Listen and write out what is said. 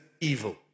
evil